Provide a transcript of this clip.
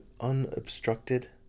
unobstructed